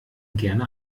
gerne